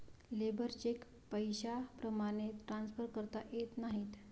labour cheque पैशाप्रमाणे transfer करता येत नाही